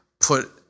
put